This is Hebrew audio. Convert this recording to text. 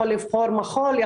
יכול לבחור מחול,